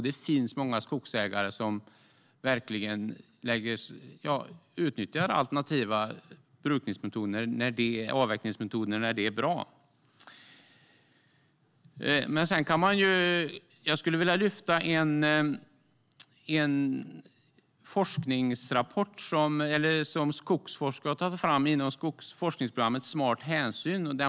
Det finns många skogsägare som utnyttjar alternativa avverkningsmetoder när det är bra. Låt mig lyfta upp en rapport som Skogsforsk har tagit fram inom forskningsprogrammet Smart hänsyn.